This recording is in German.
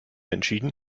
entschieden